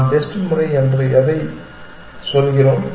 நாம் பெஸ்ட் முறை என்று எஎதை சொல்கிறோம்